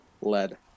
Lead